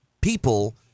people